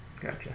gotcha